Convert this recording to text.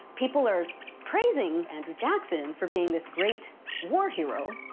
people are praising andrew jackson for being this great war hero.